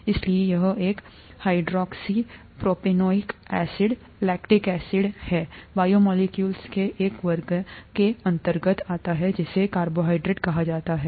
और इसलिए यह एक हाइड्रॉक्सीप्रोपेनोइक एसिड लैक्टिक एसिड है बायोमोलेक्यूल्स के एक वर्ग के अंतर्गत आता है जिसे कार्बोहाइड्रेट कहा जाता है